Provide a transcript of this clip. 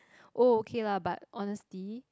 oh okay lah but honestly